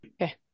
Okay